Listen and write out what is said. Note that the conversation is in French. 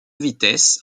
vitesses